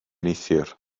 neithiwr